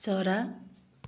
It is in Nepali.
चरा